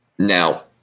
Now